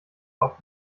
auf